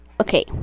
Okay